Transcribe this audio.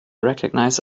recognize